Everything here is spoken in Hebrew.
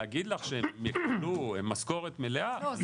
להגיד לך שהם יקבלו משכורת מלאה --- לא,